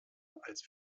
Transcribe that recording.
als